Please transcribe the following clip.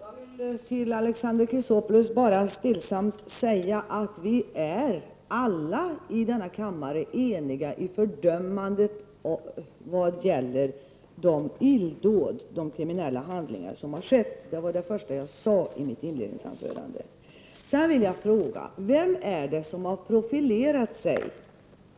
Herr talman! Jag vill till Alexander Chrisopoulos bara stillsamt säga att vi alla i denna kammare är eniga i fördömandet av de illdåd och de kriminella handlingar som har skett. Det var det första jag sade i mitt inledande anförande. Sedan vill jag fråga vem som profilerar sig